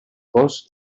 cos